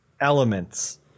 elements